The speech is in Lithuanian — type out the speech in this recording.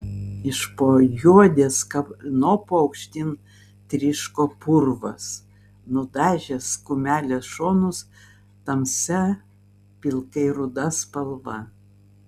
iš po juodės kanopų aukštyn tryško purvas nudažęs kumelės šonus tamsia pilkai ruda spalva